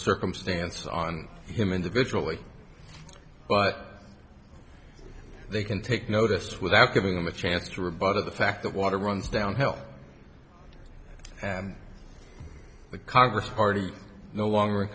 circumstance on him individually but they can take notice without giving them a chance to rebut of the fact that water runs downhill and the congress party no longer in